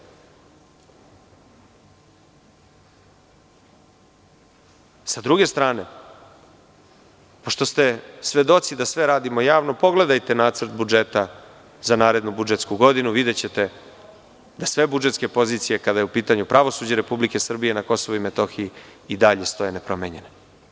Sa druge strane, pošto ste svedoci da sve radimo javno pogledajte Nacrt budžeta za narednu budžetsku godinu, videćete da sve budžetske pozicije kada je u pitanju pravosuđe Republike Srbije na Kosovu i Metohiji i dalje stoje nepromenjene.